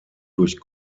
durch